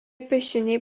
piešiniai